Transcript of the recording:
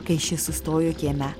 kai šis sustojo kieme